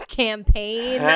campaign